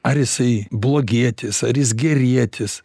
ar jisai blogietis ar jis gerietis